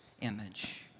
image